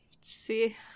See